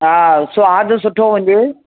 हा स्वादु सुठो हुजे